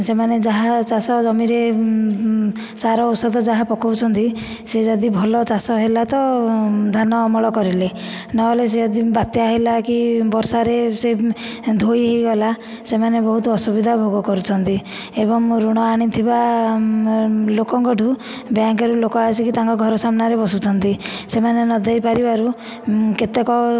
ସେମାନେ ଯାହା ଚାଷ ଜମିରେ ସାର ଔଷଧ ଯାହା ପକାଉଛନ୍ତି ସେ ଯଦି ଭଲ ଚାଷ ହେଲା ତ ଧାନ ଅମଳ କରିଲେ ନହେଲେ ସେ ଯଦି ବାତ୍ୟା ହେଲା କି ବର୍ଷାରେ ସେ ଧୋଇହୋଇଗଲା ସେମାନେ ବହୁତ ଅସୁବିଧା ଭୋଗ କରୁଛନ୍ତି ଏବଂ ଋଣ ଆଣିଥିବା ଲୋକଙ୍କଠାରୁ ବ୍ୟାଙ୍କରୁ ଲୋକ ଆସିକି ତାଙ୍କ ଘର ସାମ୍ନାରେ ବସୁଛନ୍ତି ସେମାନେ ନଦେଇପାରିବାରୁ କେତେକ